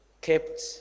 kept